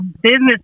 business